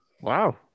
Wow